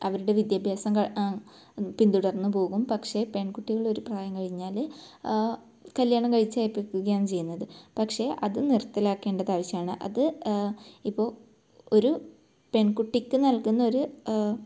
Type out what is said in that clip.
അവരുടെ വിദ്യാഭ്യാസം ക പിന്തുടർന്ന് പോകും പക്ഷേ പെൺകുട്ടികൾ ഒരു പ്രായം കഴിഞ്ഞാൽ കല്ല്യാണം കഴിച്ച് അയപ്പിക്കുകയാണ് ചെയ്യുന്നത് പക്ഷേ അത് നിർത്തലാക്കേണ്ടത് ആവശ്യമാണ് അത് ഇപ്പോൾ ഒരു പെൺകുട്ടിക്ക് നൽകുന്ന ഒരു